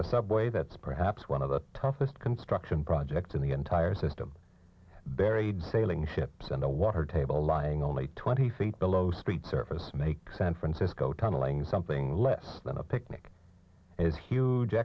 a subway that's perhaps one of the toughest construction projects in the entire system buried sailing ships and the water table lying only twenty five below street surface make sense francisco tunneling something less than a picnic is huge